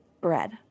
BREAD